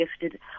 gifted